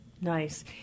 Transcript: Nice